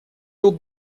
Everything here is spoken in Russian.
был